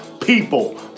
People